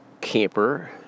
camper